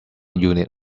unit